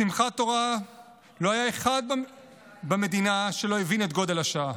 בשמחת תורה לא היה אחד במדינה שלא הבין את גודל השעה.